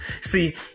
See